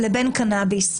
לבין קנאביס.